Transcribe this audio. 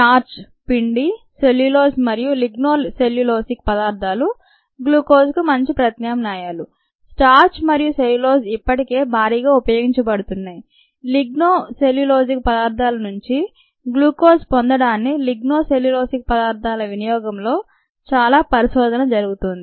స్టార్చ్పిండి cellulose మరియు lignocellulosic పదార్థాలు glucose కు మంచి ప్రత్యామ్నాయాలు స్టార్చ్ మరియు సెల్యులోజ్ ఇప్పటికే భారీగా ఉపయోగించబడుతున్నాయి లిగ్నో సెల్యులోసిక్ పదార్థాల నుంచి గ్లూకోజ్ పొందడానికి లిగ్నో సెల్యులోసిక్ పదార్థాలల వినియోగంలో చాలా పరిశోధన జరుగుతోంది